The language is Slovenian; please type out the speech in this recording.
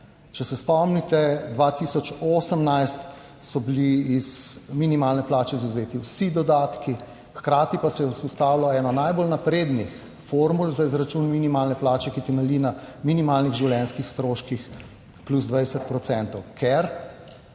Če se spomnite 2018, so bili iz minimalne plače izvzeti vsi dodatki, hkrati pa se je vzpostavila ena najbolj naprednih formul za izračun minimalne plače, ki temelji na minimalnih življenjskih stroških, plus 20